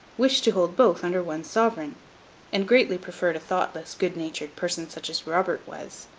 wished to hold both under one sovereign and greatly preferred a thoughtless good-natured person, such as robert was,